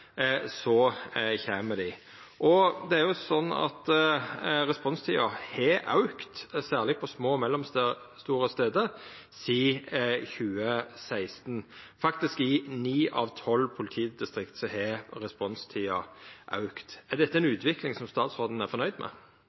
så kjem dei. Og det er jo sånn at responstida har auka, særleg på små og mellomstore stader, sidan 2016. Faktisk har responstida auka i ni av tolv politidistrikt. Er dette ei utvikling som statsråden er fornøgd med?